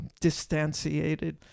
distantiated